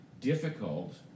difficult